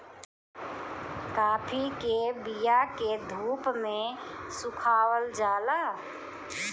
काफी के बिया के धूप में सुखावल जाला